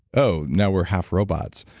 oh, now we're half robots.